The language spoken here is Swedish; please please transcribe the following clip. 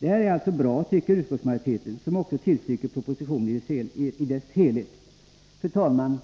Detta är bra tycker utskottsmajoriteten, som också tillstyrker propositionen i dess helhet. Fru talman!